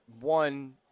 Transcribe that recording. One